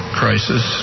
crisis